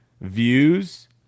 views